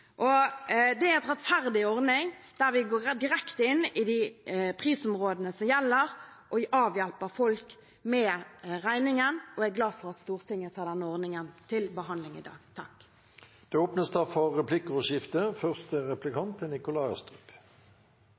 Det er en rettferdig ordning der vi går direkte inn i de prisområdene som gjelder, og vi hjelper folk med regningen. Jeg er glad for at Stortinget tar denne ordningen til behandling i dag. Det åpnes for replikkordskifte. Det er